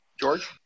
george